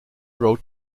road